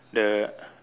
the